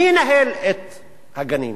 מי ינהל את הגנים?